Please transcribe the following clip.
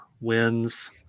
Wins